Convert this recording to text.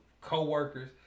co-workers